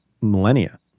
millennia